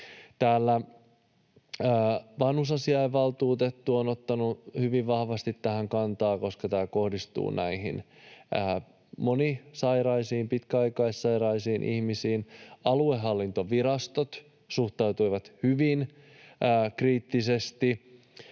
vanhusasiavaltuutettu on ottanut hyvin vahvasti tähän kantaa, koska tämä kohdistuu monisairaisiin ja pitkäaikaissairaisiin ihmisiin. Aluehallintovirastot suhtautuivat hyvin kriittisesti